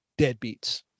deadbeats